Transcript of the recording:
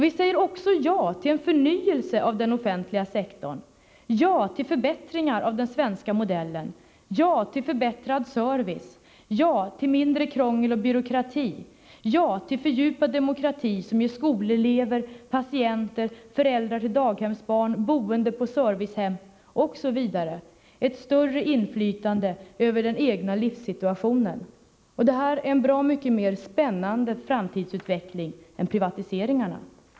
Vi säger också ja till en förnyelse av den offentliga sektorn, ja till förbättringar av den svenska modellen, ja till förbättrad service, ja till mindre krångel och byråkrati, ja till fördjupad demokrati som ger skolelever, patienter, föräldrar till daghemsbarn, boende på servicehem osv. ett större inflytande över den egna livssituationen. Det här är en bra mycket mer spännande framtidsutveckling än privatiseringarna.